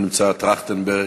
לא נמצא, טרכטנברג,